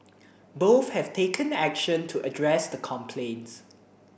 both have taken action to address the complaints